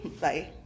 Bye